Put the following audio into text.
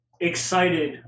excited